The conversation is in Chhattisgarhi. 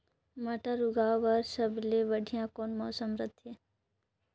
मटर उगाय बर सबले बढ़िया कौन मौसम रथे?